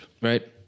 Right